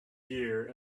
gear